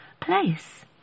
place